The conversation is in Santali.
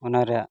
ᱚᱱᱟ ᱨᱮᱭᱟᱜ